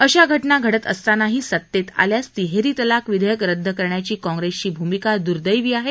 अशा घटना घडत असतानाही सत्तेत आल्यास तिहेरी तलाक विधेयक रद्द करण्याची काँग्रेसची भूमिका दुर्दैवी आहे